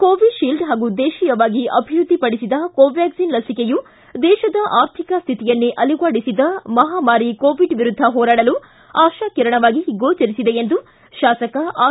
Covishield ಹಾಗೂ ದೇಶೀಯವಾಗಿ ಅಭಿವೃದ್ಧಿಪಡಿಸಿದ ಕೋವ್ಚಾಕ್ಷಿನ್ ಲಚಿಕೆಯು ದೇಶದ ಆರ್ಥಿಕ ಸ್ವಿತಿಯನ್ನೇ ಅಲುಗಾಡಿಸಿದ ಮಹಾಮಾರಿ ಕೋವಿಡ್ ವಿರುದ್ದ ಹೋರಾಡಲು ಆಶಾಕಿರಣವಾಗಿ ಗೋಚರಿಸಿದೆ ಎಂದು ತಾಸಕ ಆರ್